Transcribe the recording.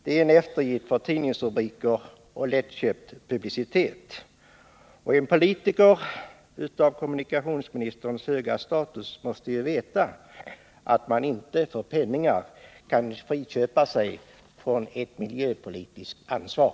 Det är en eftergift för tidningsrubriker och lättköpt publicitet. En politiker av kommunikationsministerns höga status måste veta att man inte för penningar kan friköpa sig från ett miljöpolitiskt ansvar.